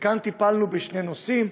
וכאן טיפלנו בשני נושאים: